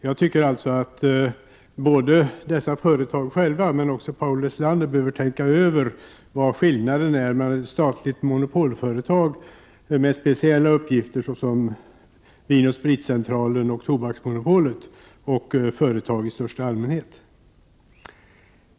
Jag anser att dessa företag och också Paul Lestander behöver tänka över vad skillnaden är mellan ett statligt monopol företag med speciella uppgifter — såsom Vin & Spritcentralen och Tobaksbolaget — och företag i största allmänhet.